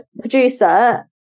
producer